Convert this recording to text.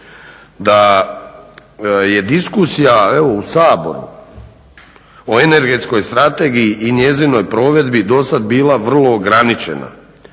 da je diskusija evo u Saboru o energetskoj strategiji i njezinoj provedbi dosad bila vrlo ograničena,